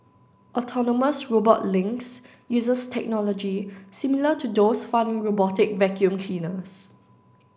autonomous robot Lynx uses technology similar to those found in robotic vacuum cleaners